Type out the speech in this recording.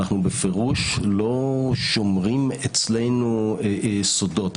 ואנחנו בפירוש לא שומרים אצלנו סודות.